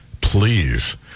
Please